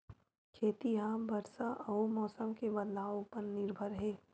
खेती हा बरसा अउ मौसम के बदलाव उपर निर्भर हे